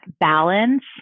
balance